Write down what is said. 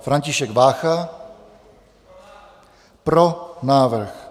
František Vácha: Pro návrh.